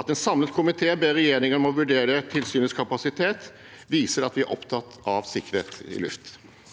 At en samlet komité ber regjeringen om å vurdere tilsynets kapasitet, viser at vi er opptatt av sikkerhet i luften.